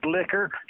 Liquor